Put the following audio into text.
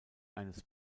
eines